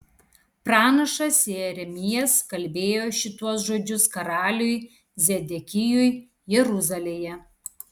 pranašas jeremijas kalbėjo šituos žodžius karaliui zedekijui jeruzalėje